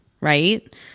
right